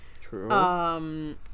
True